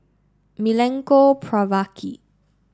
Milenko Prvacki